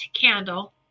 candle